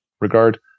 regard